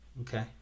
Okay